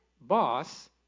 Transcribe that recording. boss